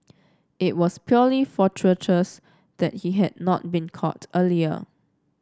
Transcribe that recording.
it was purely fortuitous that he had not been caught earlier